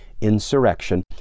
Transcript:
insurrection